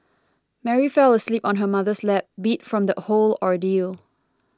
Mary fell asleep on her mother's lap beat from the whole ordeal